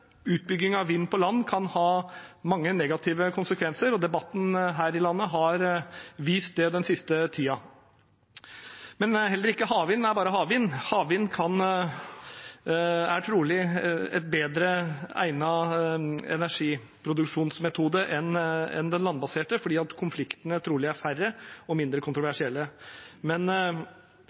Utbygging av vind på land kan ha mange negative konsekvenser, og debatten her i landet den siste tiden har vist det. Men heller ikke havvind er bare havvind. Havvind er trolig en bedre egnet energiproduksjonsmetode enn den landbaserte fordi konfliktene trolig er færre og mindre kontroversielle. Men